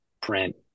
print